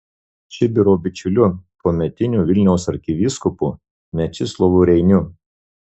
čibiro bičiuliu tuometiniu vilniaus arkivyskupu mečislovu reiniu